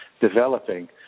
developing